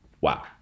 wow